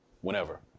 whenever